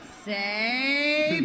Say